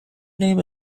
name